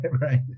right